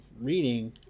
reading